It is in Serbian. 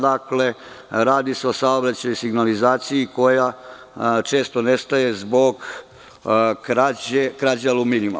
Dakle, radi se o saobraćaju signalizaciji koja često nestaje zbog krađa aluminijuma.